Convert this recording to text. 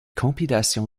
compilation